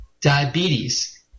diabetes